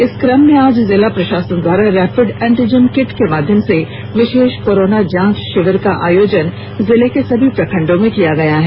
इस क्रम में आज जिला प्रशासन द्वारा रैपिड एंटीजन किट के माध्यम से विशेष कोरोना जांच शिविर का आयोजन जिले के सभी प्रखंडों में किया गया है